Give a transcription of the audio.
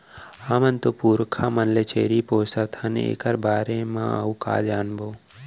हमर तो पुरखा मन ले छेरी पोसत हन एकर बारे म अउ का जानबो?